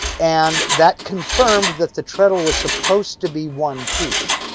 and that confirmed that the treadle was supposed to be one piece.